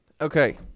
Okay